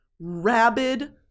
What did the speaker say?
rabid